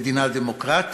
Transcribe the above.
מדינה דמוקרטית,